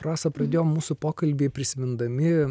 rasa pradėjom mūsų pokalbį prisimindami